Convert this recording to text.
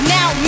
Now